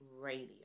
Radio